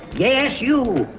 yes, you.